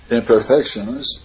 imperfections